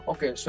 Okay